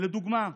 לדוגמה,